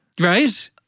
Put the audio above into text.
Right